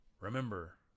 remember